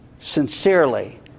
sincerely